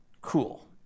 Cool